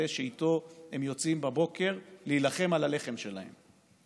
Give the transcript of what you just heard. שאיתו הם יוצאים בבוקר להילחם על הלחם שלהם.